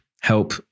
help